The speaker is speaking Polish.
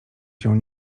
się